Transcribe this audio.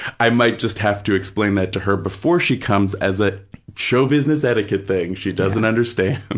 i might just have to explain that to her before she comes as a show business etiquette thing she doesn't understand. and